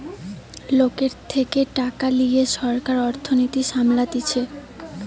লোকের থেকে টাকা লিয়ে সরকার অর্থনীতি সামলাতিছে